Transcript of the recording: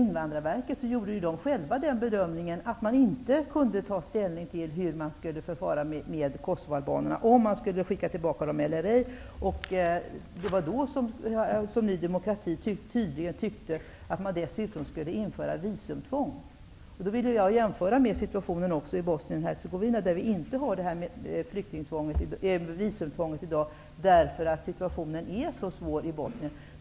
Invandrarverket gjorde själv den bedömningen att det inte gick att ta ställning till hur man skulle förfara med Kosovoalbanerna, om de skulle skickas tillbaka eller ej. Det var då Ny demokrati tydligen tyckte att man dessutom skulle införa visumtvång. Då vill jag jämföra det med situationen i Bosnien Hercegovina. Beträffande flyktingar därifrån har vi inte visumtvång i dag, därför att situationen i Bosnien är så svår.